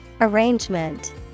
Arrangement